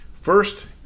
First